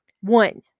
One